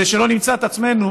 כדי שלא נמצא את עצמנו